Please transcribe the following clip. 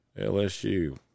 LSU